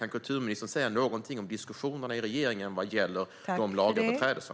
Kan kulturministern säga någonting om diskussionerna i regeringen när det gäller dessa lagöverträdelser?